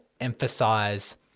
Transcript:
emphasize